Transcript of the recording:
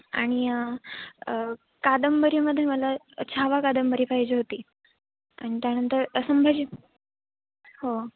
आणि कादंबरीमध्ये मला छावा कादंबरी पाहिजे होती आणि त्यानंतर संभाजी हो